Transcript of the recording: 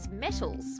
metals